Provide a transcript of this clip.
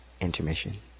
intermission